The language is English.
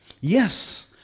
Yes